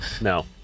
No